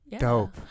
Dope